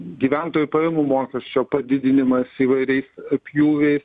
gyventojų pajamų mokesčio padidinimas įvairiais pjūviais